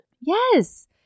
Yes